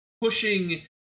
pushing